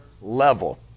level